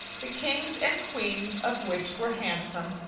the kings and queens of which were handsome,